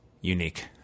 unique